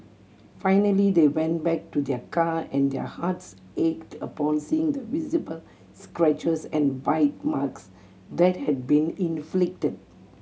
finally they went back to their car and their hearts ached upon seeing the visible scratches and bite marks that had been inflicted